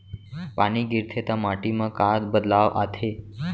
पानी गिरथे ता माटी मा का बदलाव आथे?